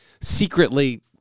secretly